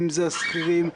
שכירים,